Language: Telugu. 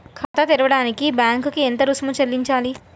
ఖాతా తెరవడానికి బ్యాంక్ కి ఎంత రుసుము చెల్లించాలి?